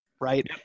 right